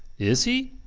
is he?